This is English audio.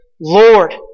Lord